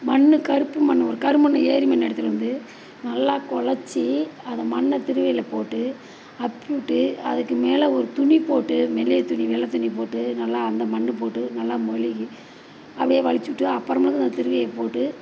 மண் கருப்பு மண் வரும் கருமண் ஏரிமண் எடுத்துகிட்டு வந்து நல்லா கொழைச்சி அதை மண்ணை திருவையில் போட்டு அப்பிவிட்டு அதுக்கு மேலே ஒரு துணி போட்டு மெல்லியை துணி வெள்ளை துணி போட்டு நல்லா அந்த மண்ணு போட்டு நல்லா மொழுகி அப்படியே வழிச்சிவுட்டு அப்புறம் பொழுது அந்த திருவையை போட்டு